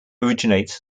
originates